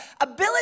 ability